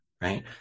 Right